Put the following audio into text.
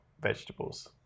vegetables